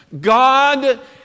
God